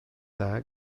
dda